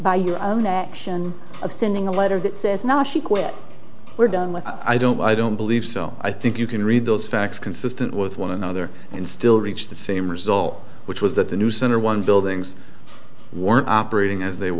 by your own that of sending a letter that says no she quit we're done with i don't i don't believe so i think you can read those facts consistent with one another and still reach the same result which was that the new center one buildings weren't operating as they